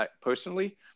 personally